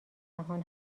جهان